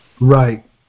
Right